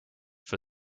for